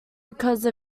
because